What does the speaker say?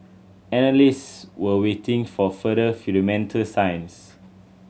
analysts were waiting for further fundamental signs